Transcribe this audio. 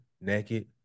naked